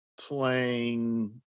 playing